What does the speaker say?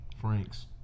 Franks